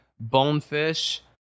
Bonefish